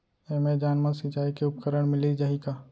Amazon मा सिंचाई के उपकरण मिलिस जाही का?